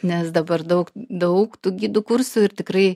nes dabar daug daug tų gidų kursų ir tikrai